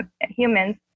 humans